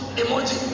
emoji